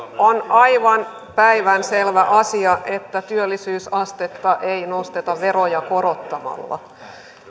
on aivan päivänselvä asia että työllisyysastetta ei nosteta veroja korottamalla